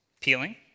peeling